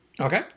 Okay